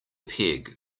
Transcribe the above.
peg